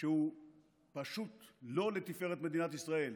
שהוא פשוט לא לתפארת מדינת ישראל.